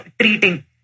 treating